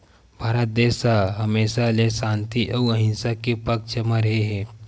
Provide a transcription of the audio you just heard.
भारत देस ह हमेसा ले सांति अउ अहिंसा के पक्छ म रेहे हे